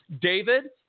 David